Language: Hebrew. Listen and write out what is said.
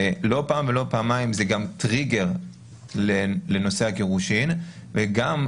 לא פעם ולא פעמיים זה גם טריגר לנושא הגירושין וגם,